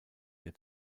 der